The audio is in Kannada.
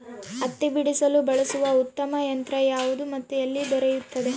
ಹತ್ತಿ ಬಿಡಿಸಲು ಬಳಸುವ ಉತ್ತಮ ಯಂತ್ರ ಯಾವುದು ಮತ್ತು ಎಲ್ಲಿ ದೊರೆಯುತ್ತದೆ?